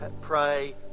Pray